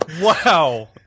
Wow